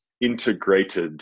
integrated